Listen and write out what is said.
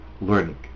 learning